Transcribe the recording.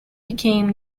became